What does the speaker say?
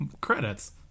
credits